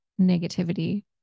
negativity